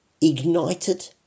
ignited